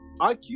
IQ